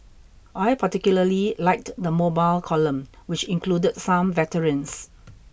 I particularly liked the mobile column which included some veterans